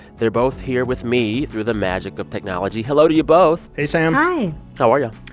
they're both here with me through the magic of technology. hello to you both hey, sam hi how are y'all?